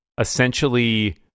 essentially